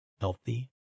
healthy